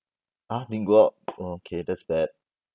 !huh! didn't go up oh okay that's bad